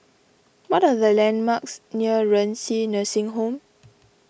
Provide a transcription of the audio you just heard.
what are the landmarks near Renci Nursing Home